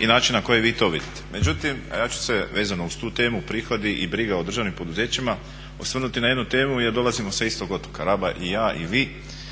i načina na koji vi to vidite. Međutim, ja ću se vezano uz tu temu prihodi i briga o državnim poduzećima osvrnuti na jednu temu jer dolazimo sa istog otoka Raba i ja i vi,